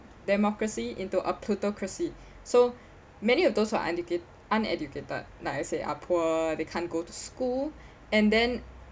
democracy into a plutocracy so many of those who are uneducat~ uneducated needless to say are poor they can't go to school and then